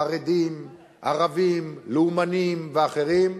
חרדים, ערבים, לאומנים ואחרים.